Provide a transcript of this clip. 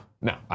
No